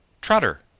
Trotter